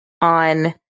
on